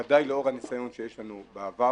ודאי לאור הניסיון שיש לנו בעבר,